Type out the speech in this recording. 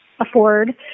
afford